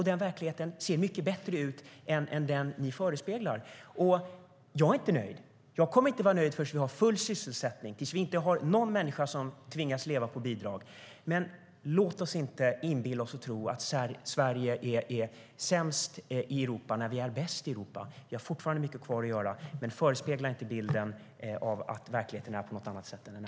Denna verklighet ser mycket bättre ut än den som ni förespeglar. Jag är inte nöjd. Jag kommer inte att vara nöjd förrän vi har full sysselsättning och förrän vi inte har någon människa som tvingas leva på bidrag. Men låt oss inte inbilla oss att Sverige är sämst i Europa när vi är bäst i Europa. Vi har fortfarande mycket kvar att göra. Men förespegla oss inte en bild av att verkligheten är på något annat sätt än den är.